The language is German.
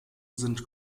sind